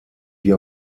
die